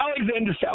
Alexander